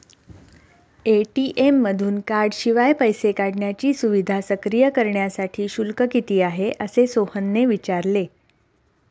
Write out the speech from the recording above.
ATM मधून कार्डशिवाय पैसे काढण्याची सुविधा सक्रिय करण्यासाठी शुल्क किती आहे, असे सोहनने विचारले